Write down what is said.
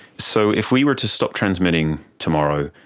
so if we were to stop transmitting tomorrow,